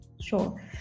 Sure